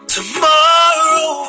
Tomorrow